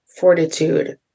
fortitude